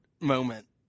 moment